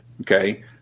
Okay